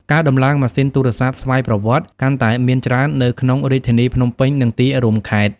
ការដំឡើងម៉ាស៊ីនទូរស័ព្ទស្វ័យប្រវត្តិកាន់តែមានច្រើននៅក្នុងរាជធានីភ្នំពេញ និងទីរួមខេត្ត។